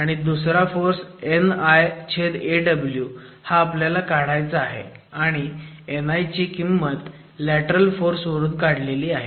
आणि दुसरा force NiAw हा आपल्याला काढायचा आहे आणि Ni ही किंमत लॅटरल फोर्स वरून काढली आहे